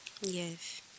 Yes